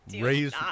raise